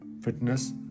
fitness